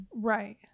right